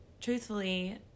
truthfully